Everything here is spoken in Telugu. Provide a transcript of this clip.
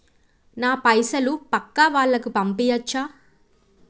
నా పైసలు పక్కా వాళ్ళకు పంపియాచ్చా?